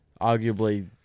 arguably